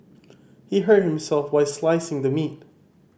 he hurt himself while slicing the meat